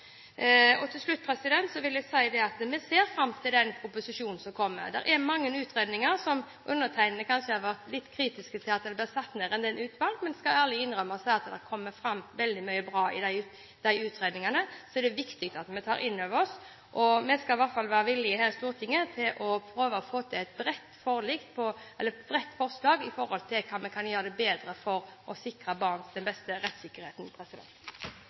Til slutt vil jeg si at vi ser fram til den proposisjonen som kommer. Det er kommet mange utredninger. Undertegnede har kanskje vært litt kritisk til at det har vært satt ned mange utvalg, men jeg skal ærlig innrømme at det har kommet fram veldig mye bra, som det er viktig at vi tar inn over oss. Vi skal i alle fall – her i Stortinget – være villige til å prøve å få til et bredt forslag for å sikre barn den beste rettssikkerhet. Jeg er veldig glad for det representanten Solveig Horne nå sa. Jeg tror det har vært helt nødvendig å